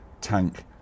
tank